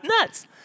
nuts